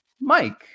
mike